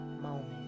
moment